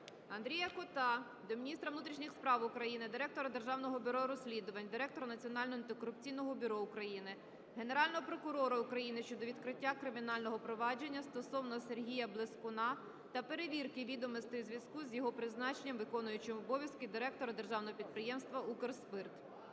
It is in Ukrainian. Андрія Кота до міністра внутрішніх справ України, директора Державного бюро розслідувань, директора Національного антикорупційного бюро України, Генерального прокурора України щодо відкриття кримінального провадження стосовно Сергія Блескуна та перевірки відомостей у зв'язку з його призначенням виконуючим обов'язки директора Державного підприємства "Укрспирт".